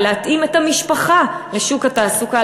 ולהתאים את המשפחה לשוק התעסוקה,